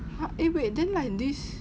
!huh! eh wait then like this